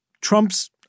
Trump's